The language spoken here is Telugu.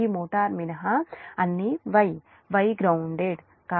ఈ మోటారు మినహా అన్నీ Y Y Y గ్రౌన్దేడ్